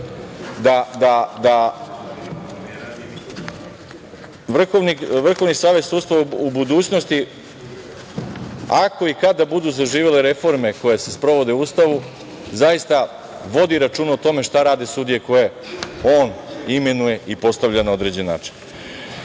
da Vrhovni savet sudstva u budućnosti, ako i kada budu zaživele reforme koje se sprovode u Ustavu, zaista vodi računa o tome šta rade sudije koje on imenuje i postavlja na određen način. Imamo